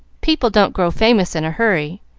people don't grow famous in a hurry,